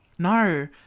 no